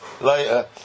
later